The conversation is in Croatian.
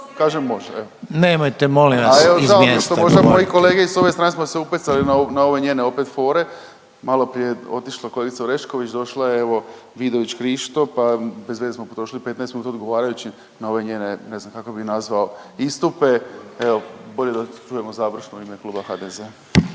što možemo i kolegicu …/Govornik se ne razumije./… taman smo se upecali ove njene opet fore, maloprije je otišla kolegica Orešković došla je evo Vidović Krišto pa bezveze smo potrošili 15 minuta odgovarajući na ove njene ne znam kako bi nazvao istupe, evo bolje da čujemo završno u ime Kluba HDZ-a.